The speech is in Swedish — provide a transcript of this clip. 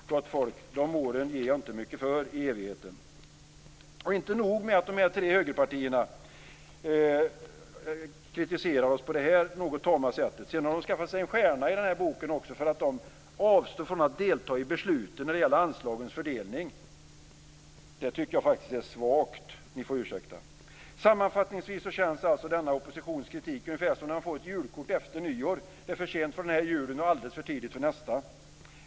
Gott folk, de åren ger jag inte mycket för i evigheten! Och inte nog att de här tre högerpartierna kritiserar oss på det här något tama sättet. De har skaffat sig en stjärna, för de avstår från att delta i besluten när det gäller anslagens fördelning. Det tycker jag faktiskt är svagt. Sammanfattningsvis känns denna oppositions kritik ungefär som om man får ett julkort efter nyår. Det är för sent för denna jul och alldeles för tidigt för nästa.